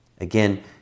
Again